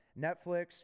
Netflix